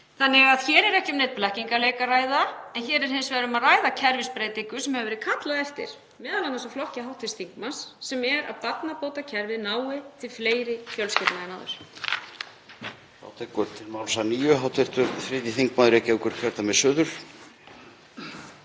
Þannig að hér er ekki um neinn blekkingaleik að ræða. Hér er hins vegar um að ræða kerfisbreytingu sem hefur verið kallað eftir, m.a. úr flokki hv. þingmanns, sem er að barnabótakerfið nái til fleiri fjölskyldna en áður.